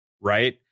right